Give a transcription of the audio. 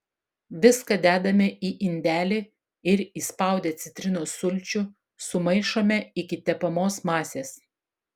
viską dedame į indelį ir įspaudę citrinos sulčių sumaišome iki tepamos masės